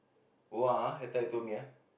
oh [wah] that time you told me ah